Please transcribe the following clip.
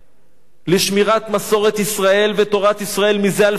לשמירת מסורת ישראל ותורת ישראל מזה אלפי שנה.